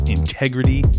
integrity